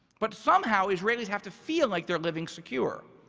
but somehow israelis have to feel like they're living secure.